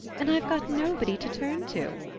and i've got nobody to turn to.